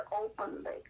openly